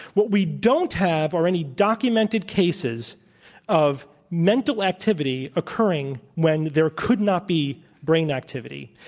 what we don't have are any documented cases of mental activity occurring when there could not be brain activity.